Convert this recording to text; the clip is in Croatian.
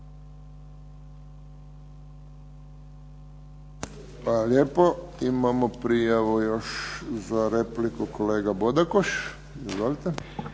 lijepo. Imamo prijavu još za repliku, kolega Bodakoš. Izvolite.